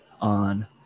on